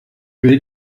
will